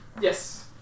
Yes